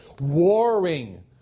warring